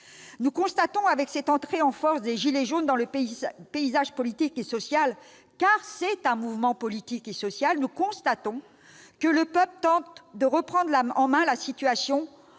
Nous constatons, avec cette entrée en force des « gilets jaunes » dans le paysage politique et social, car c'est un mouvement politique et social, que le peuple tente de reprendre en main la situation